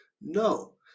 No